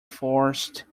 forced